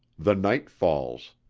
the night falls.